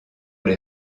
les